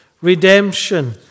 Redemption